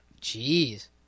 Jeez